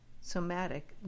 somatic